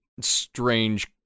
strange